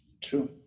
true